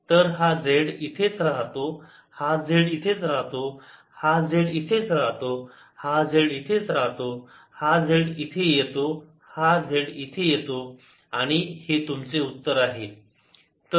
तर हा z इथेच राहतो हा z इथेच राहतो हा z इथेच राहतो हा z इथेच राहतो हा z इथे येतो z इथे येतो आणि हे तुमचे उत्तर आहे